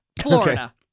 Florida